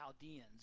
Chaldeans